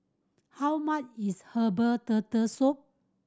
how much is herbal Turtle Soup